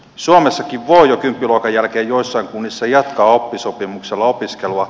suomessakin voi jo kymppiluokan jälkeen joissain kunnissa jatkaa oppisopimuksella opiskelua